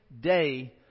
day